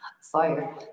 fire